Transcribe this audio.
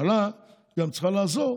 הממשלה גם צריכה לעזור.